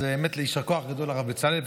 יישר כוח גדול, הרב בצלאל.